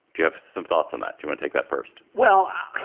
do you have some thoughts on that? you won't take that first well,